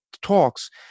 talks